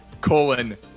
colon